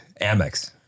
Amex